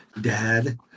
Dad